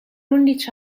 undici